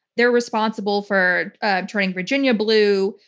they're responsible for turning virginia blue,